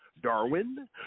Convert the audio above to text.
Darwin